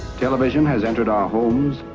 television has entered our homes,